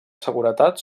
seguretat